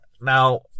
Now